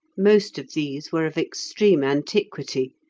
most of these were of extreme antiquity,